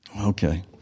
Okay